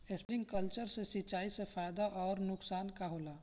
Sprinkler सिंचाई से फायदा अउर नुकसान का होला?